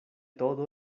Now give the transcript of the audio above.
todo